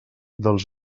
dels